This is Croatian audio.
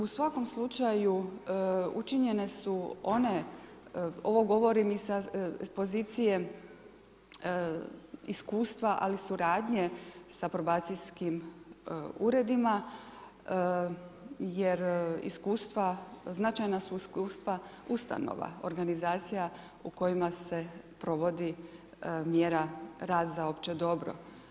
U svakom slučaju, učinjene su one, ovo govorim i sa pozicije iskustva, ali suradnje sa probacijskim uredima jer iskustva, značajna su iskustva ustanova, organizacija u kojima se provodi mjera rad za opće dobro.